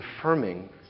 confirming